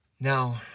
Now